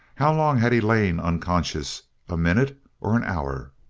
how long had he lain unconscious a minute or an hour?